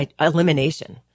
elimination